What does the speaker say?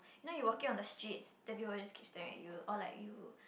you know you walking on streets then people will just keep staring at you or like you